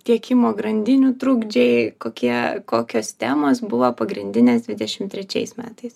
tiekimo grandinių trukdžiai kokie kokios temos buvo pagrindinės dvidešimt trečiais metais